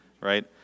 right